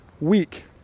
week